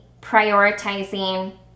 prioritizing